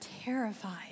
terrified